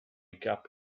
gap